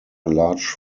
large